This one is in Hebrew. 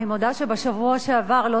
אני מודה שבשבוע שעבר לא